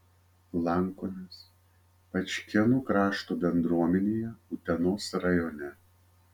lankomės pačkėnų krašto bendruomenėje utenos rajone